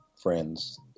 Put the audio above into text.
friends